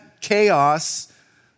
chaos